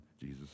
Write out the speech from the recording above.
Jesus